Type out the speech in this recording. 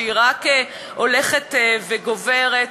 שרק הולכת וגוברת,